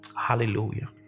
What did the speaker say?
Hallelujah